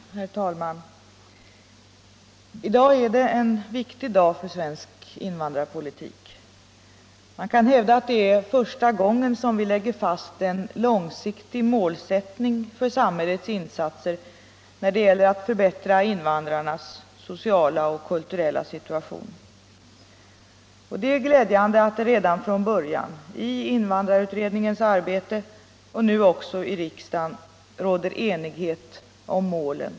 Herr talman! I dag är det en viktig dag för svensk invandrarpolitik. Man kan hävda att det är första gången som vi lägger fast en långsiktig målsättning för samhällets insatser när det gäller att förbättra invandrarnas sociala och kulturella situation. Det är glädjande att det redan från början, i invandrarutredningens arbete och nu också i riksdagen, råder enighet om målen.